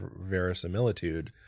verisimilitude